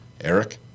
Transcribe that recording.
Eric